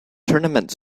tournament